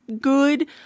good